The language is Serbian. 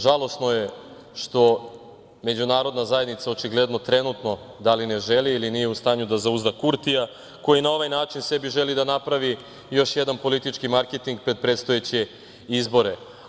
Žalosno je što međunarodna zajednica očigledno trenutno, da li ne želi ili nije u stanju da zauzda Kurtija, koji na ovaj način sebi želi da napravi još jedan politički marketing pred predstojeće izbore.